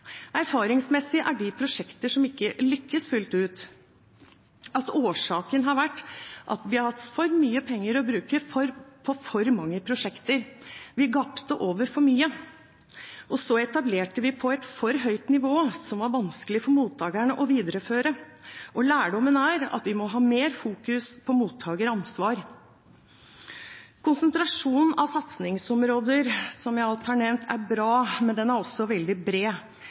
Erfaringsmessig, når det gjelder prosjekter som ikke har lykkes fullt ut, har årsaken vært at vi har hatt for mye penger å bruke på for mange prosjekter. Vi gapte over for mye. Så etablerte vi på et for høyt nivå, som var vanskelig for mottakerne å videreføre, og lærdommen er at vi må ha mer fokus på mottakeransvar. Konsentrasjonen av satsingsområder, som jeg alt har nevnt, er bra, men den er også veldig bred.